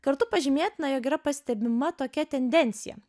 kartu pažymėtina jog yra pastebima tokia tendencija